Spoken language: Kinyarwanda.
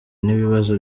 n’ibibazo